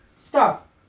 Stop